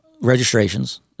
registrations